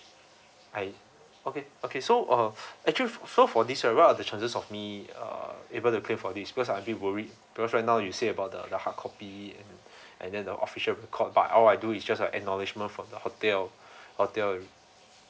I okay okay so uh actually for so for this ah what are the chances of me uh able to claim for this because I'm a bit worried because right now you say about the the hard copy and and then the official record but all I do is just a acknowledgement from the hotel hotel